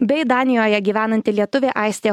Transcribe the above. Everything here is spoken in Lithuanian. bei danijoje gyvenanti lietuvė aistė